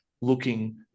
looking